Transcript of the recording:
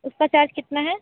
उसका चार्ज कितना है